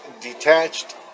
detached